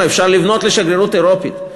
אפשר לפנות לשגרירות האירופית.